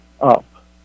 up